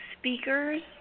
Speakers